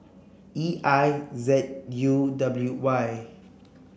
E I Z U W Y